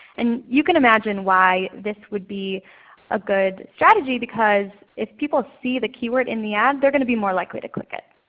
and you can imagine why this would be a good strategy if people see the keyword in the ad, they're going to be more likely to click it.